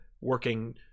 working